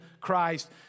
Christ